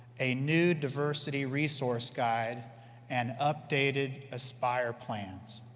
a new diversity resource guide and updated aspire plans.